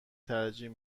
ترجیح